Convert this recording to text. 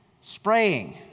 spraying